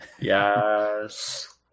Yes